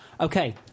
Okay